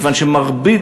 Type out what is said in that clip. מכיוון שמרבית,